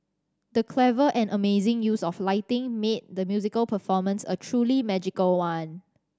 the clever and amazing use of lighting made the musical performance a truly magical one